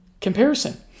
comparison